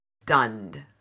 stunned